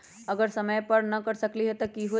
अगर समय समय पर न कर सकील त कि हुई?